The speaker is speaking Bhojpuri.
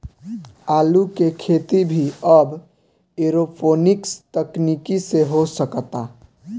आलू के खेती भी अब एरोपोनिक्स तकनीकी से हो सकता